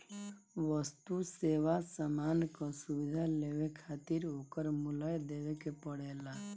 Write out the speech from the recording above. वस्तु, सेवा, सामान कअ सुविधा लेवे खातिर ओकर मूल्य देवे के पड़ेला